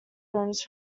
rooms